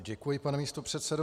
Děkuji, pane místopředsedo.